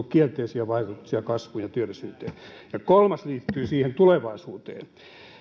kielteisiä vaikutuksia kasvuun ja työllisyyteen ja kolmas liittyy tulevaisuuteen